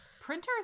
Printer's